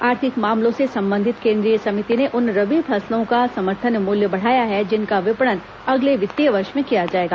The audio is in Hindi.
आर्थिक मामलों से संबंधित केंद्रीय समिति ने उन रवी फसलों का समर्थन मूल्य बढ़ाया है जिनका विपणन अगले वित्तीय वर्ष में किया जाएगा